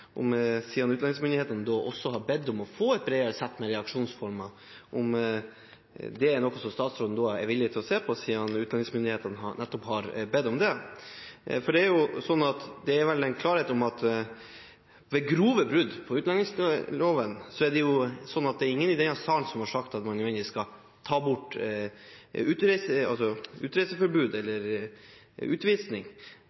om å få et bredere sett med reaksjonsformer, om det er noe hun er villig til å se på. Det er ingen i denne salen som har sagt at vi skal ta bort